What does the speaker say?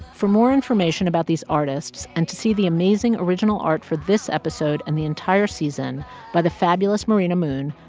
for more information about these artists and to see the amazing original art for this episode and the entire season by the fabulous marina muun,